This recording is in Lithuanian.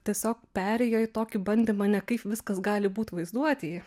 tiesiog perėjo į tokį bandymą ne kaip viskas gali būt vaizduotėj